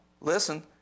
Listen